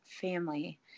family